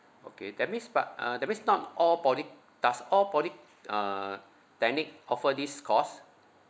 okay that means but uh that means not all poly~ does all poly~ uh technic offer this course